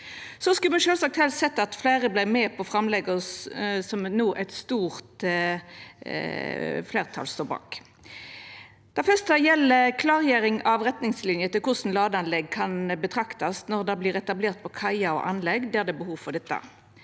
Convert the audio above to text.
Me skulle sjølvsagt helst sett at fleire vart med på framlegget, som eit stort fleirtal no står bak. Det første gjeld klargjering av retningslinjer for korleis ladeanlegg kan betraktast når det vert etablert på kaier og anlegg der det er behov for dette.